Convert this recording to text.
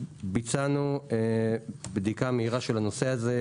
ביצענו בדיקה מהירה של הנושא זה.